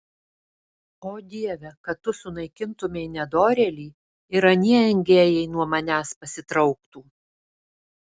o dieve kad tu sunaikintumei nedorėlį ir anie engėjai nuo manęs pasitrauktų